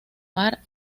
mar